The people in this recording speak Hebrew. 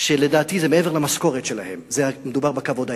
לדעתי זה מעבר למשכורת שלהם, מדובר בכבוד האנושי,